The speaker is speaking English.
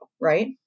right